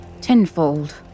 tenfold